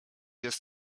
jest